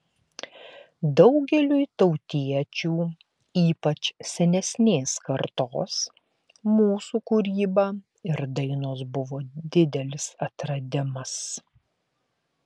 daugeliui tautiečių ypač senesnės kartos mūsų kūryba ir dainos buvo didelis atradimas